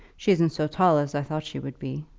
she isn't so tall as i thought she would be.